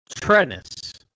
Trennis